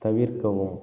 தவிர்க்கவும்